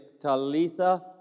Talitha